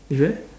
you eh